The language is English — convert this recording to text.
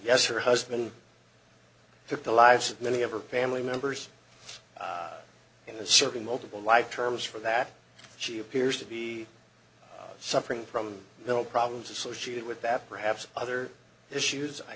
yes her husband took the lives of many of her family members in the certain multiple life terms for that she appears to be suffering from mental problems associated with that perhaps other issues i